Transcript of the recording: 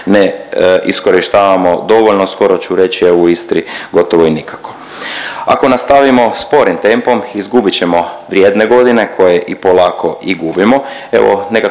ne iskorištavamo dovoljno skoro ću reći evo u Istri gotovo i nikako. Ako nastavimo sporim tempom izgubit ćemo vrijedne godine koje i polako i gubimo.